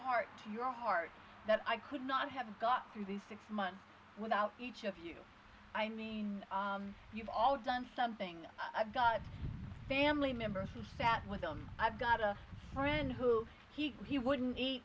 heart to your heart that i could not have got through these six months without each of you i mean you've always done something i've got family members who sat with them i've got a friend who he he wouldn't eat